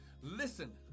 listen